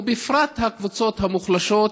ובפרט של הקבוצות המוחלשות.